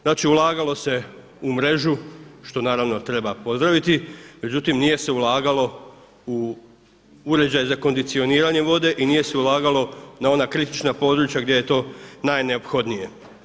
Znači ulagalo se u mrežu što naravno treba pozdraviti, međutim nije se ulagalo u uređaj za kondicioniranje vode i nije se ulagalo na ona kritična područja gdje je to najneophodnije.